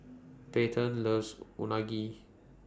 Payten loves Unagi